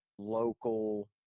local